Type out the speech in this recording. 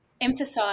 emphasize